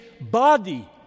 body